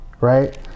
right